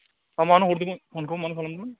मानो हरदोंमोन फनखौ मानो खालामदोंमोन